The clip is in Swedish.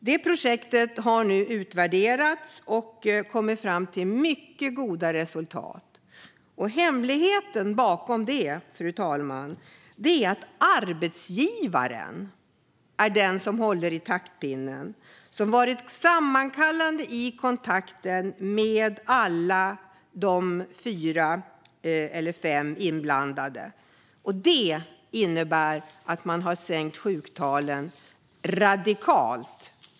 Det projektet har nu utvärderats, och man har kommit fram till mycket goda resultat. Hemligheten, fru talman, är att arbetsgivaren har hållit i taktpinnen och varit sammankallande i kontakten med alla de fyra eller fem inblandade parterna. Det innebär att man har sänkt sjuktalen radikalt.